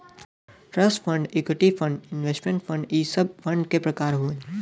trust fund equity fund investment fund इ सब fund क प्रकार हउवन